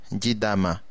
jidama